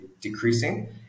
decreasing